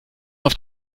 auf